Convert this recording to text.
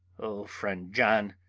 oh, friend john,